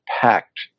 packed